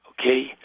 okay